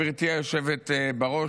גברתי היושבת בראש,